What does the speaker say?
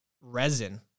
resin